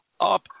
up